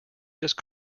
just